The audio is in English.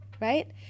Right